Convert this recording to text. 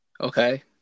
Okay